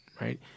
right